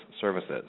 services